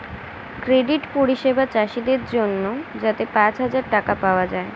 credit পরিষেবা চাষীদের জন্যে যাতে পাঁচ হাজার টাকা পাওয়া যায়